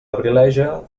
abrileja